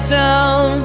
town